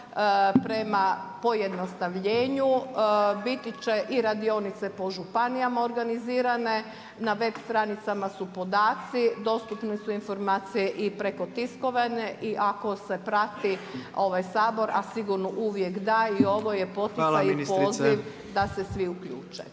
prema pojednostavljenju, biti će i radionice po županijama organizirane, na web stranicama su podaci, dostupne su informacije i preko tiskovina i ako se prati ovaj Sabor, a sigurno uvijek da i ovo je poticajni poziv da se svi uključe.